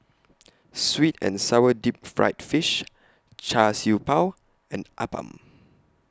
Sweet and Sour Deep Fried Fish Char Siew Bao and Appam